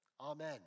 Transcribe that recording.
Amen